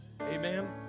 Amen